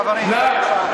נא,